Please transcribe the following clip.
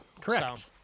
Correct